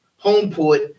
Homeport